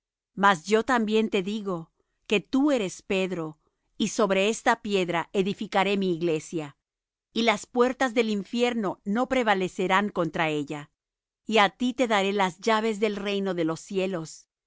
mas yo también te digo que tú eres pedro y sobre esta piedra edificaré mi iglesia y las puertas del infierno no prevalecerán contra ella y á ti daré las llaves del reino de los cielos